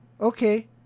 Okay